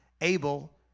able